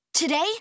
Today